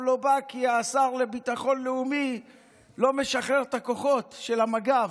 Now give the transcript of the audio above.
לא בא כי השר לביטחון לאומי לא משחרר את הכוחות של מג"ב.